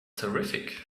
terrific